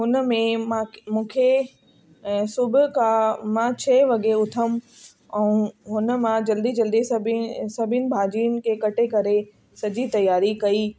हुनमें मूंखे मूंखे सुबुह खां मां छह वगे उथमि ऐं हुनमां जल्दी जल्दी सब सभिनि भाॼियुनि खे कटे करे सॼी त्यारी कई